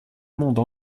monde